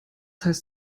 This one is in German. heißt